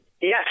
Yes